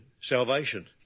salvation